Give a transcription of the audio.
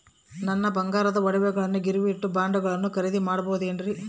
ನನ್ನ ಬಂಗಾರದ ಒಡವೆಗಳನ್ನ ಗಿರಿವಿಗೆ ಇಟ್ಟು ಬಾಂಡುಗಳನ್ನ ಖರೇದಿ ಮಾಡಬಹುದೇನ್ರಿ?